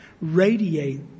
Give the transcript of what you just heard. Radiate